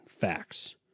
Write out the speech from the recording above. facts